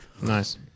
Nice